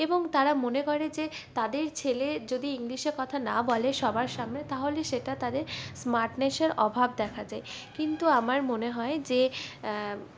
এবং তারা মনে করে যে তাদের ছেলে যদি ইংলিশে কথা না বলে সবার সামনে তাহলে সেটা তাদের স্মার্টনেসের অভাব দেখা যায় কিন্তু আমার মনে হয় যে